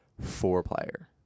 four-player